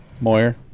Moyer